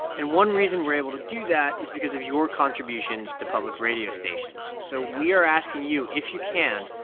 and one reason we're able to do that is because of your contributions to public radio stations. so we are asking you, if you can,